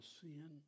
sin